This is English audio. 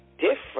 different